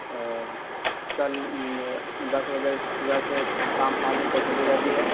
اور کل دس بجے صبح سے سام پانچ بجے تک کھلی رہتی ہے